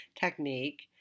technique